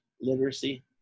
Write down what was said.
literacy